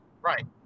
right